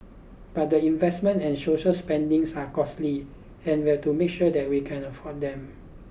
but the investments and social spendings are costly and we have to make sure that we can afford them